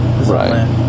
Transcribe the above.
right